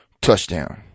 Touchdown